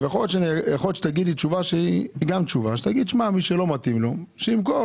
יכול להיות שתגיד לי תשובה: מי שלא מתאים לו שימכור.